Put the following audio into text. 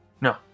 No